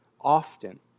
often